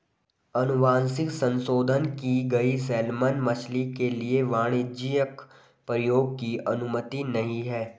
अनुवांशिक संशोधन की गई सैलमन मछली के लिए वाणिज्यिक प्रयोग की अनुमति नहीं है